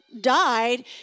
died